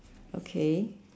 okay